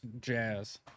jazz